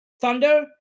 Thunder